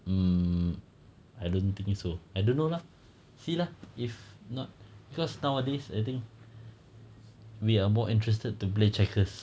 um I don't think so I don't know lah see lah if not because nowadays I think we are more interested to play checkers